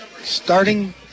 starting